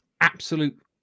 Absolute